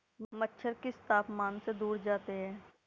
मच्छर किस तापमान से दूर जाते हैं?